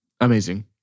Amazing